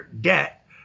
debt